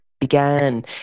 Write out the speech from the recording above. began